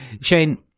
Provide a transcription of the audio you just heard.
Shane